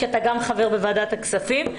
כי אתה גם חבר בוועדת הכספים,